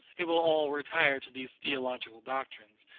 it will all retire to these theological doctrines,